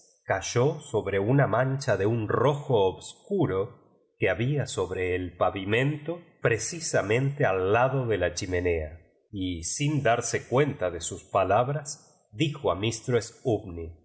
yó sobre una mancha de un rojo obscuro que había sobre el pavimento precisamcn el la utas m a de oantervile te al lado de la chimenea y sin darse cuenta de su s palabras dijo